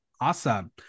awesome